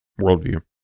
worldview